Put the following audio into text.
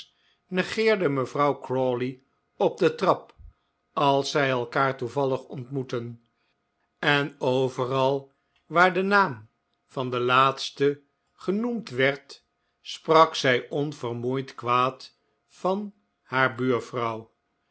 negeerde mevrouw crawley op de trap als zij elkaar toevallig ontmoetten en overal waar de naam van de laatste genoemd werd sprak zij onvermoeid kwaad van haar buurvrouw